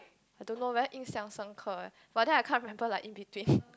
I don't know very 印象深刻: yin xiang shen ke but then I can't remember like in between